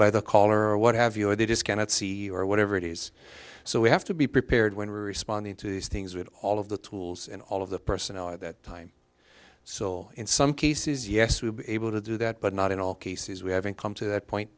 by the caller or what have you or they just cannot see or whatever it is so we have to be prepared when responding to these things with all of the tools and all of the personnel at that time so in some cases yes we'll be able to do that but not in all cases we haven't come to that point